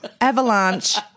Avalanche